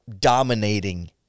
dominating